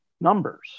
numbers